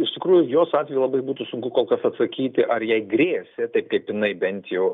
iš tikrųjų jos atveju labai būtų sunku kol kas atsakyti ar jai grėsė taip kaip jinai bent jau